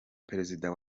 perezida